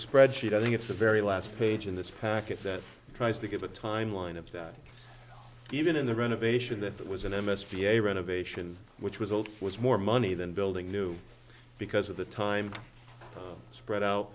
spreadsheet i think it's the very last page in this packet that tries to give a timeline of that even in the renovation that it was an m s p a renovation which was old was more money than building new because of the time to spread out